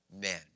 men